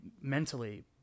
mentally